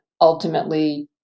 ultimately